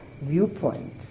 viewpoint